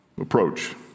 approach